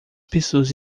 pessoas